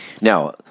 Now